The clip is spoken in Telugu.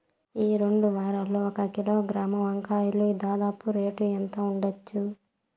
ఈ రెండు వారాల్లో ఒక కిలోగ్రాము వంకాయలు దాదాపు రేటు ఎంత ఉండచ్చు?